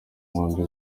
nkombe